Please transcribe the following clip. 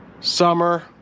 summer